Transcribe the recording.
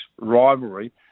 rivalry